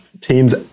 teams